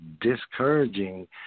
discouraging